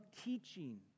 teaching